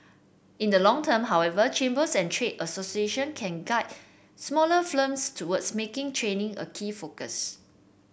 in the long term however chambers and trade association can guide smaller firms towards making training a key focus